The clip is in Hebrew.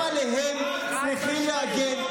גם עליהם צריכים להגן,